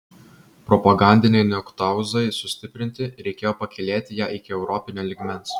propagandinei niektauzai sustiprinti reikėjo pakylėti ją iki europinio lygmens